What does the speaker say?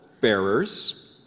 bearers